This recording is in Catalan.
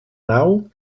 nau